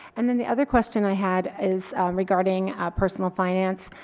and then the other question i had is regarding personal finance.